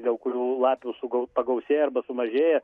dėl kurių lapių sugau pagausėja arba sumažėja